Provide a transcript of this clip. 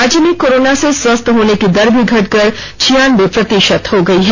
राज्य में कोरोना से स्वस्थ होने की दर भी घटकर छियानबे प्रतिशत हो गई है